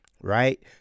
right